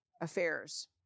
affairs